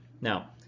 now